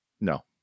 no